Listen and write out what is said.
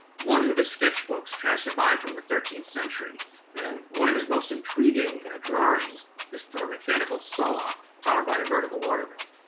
one of his sketchbooks has survived from the thirteenth century and one of his most intriguing, drawings is for a mechanical saw powered by a vertical watermill.